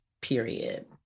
period